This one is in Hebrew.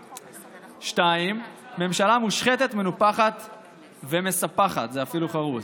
2. ממשלה מושחתת, מנופחת ומספחת, זה אפילו חרוז.